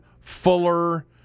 Fuller